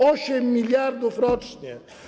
8 mld zł rocznie.